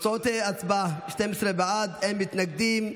תוצאות ההצבעה: 12 בעד, אין מתנגדים.